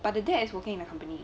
but the dad is working in the company